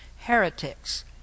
heretics